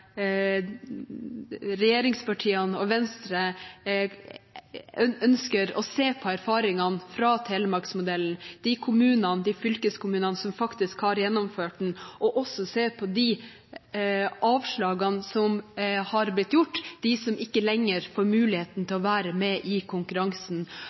regjeringspartiene og Venstre ønsker å se på erfaringene fra Telemarks-modellen og de kommunene og fylkeskommunene som faktisk har gjennomført den, og også ser på de avslagene som har blitt gitt til dem som ikke lenger får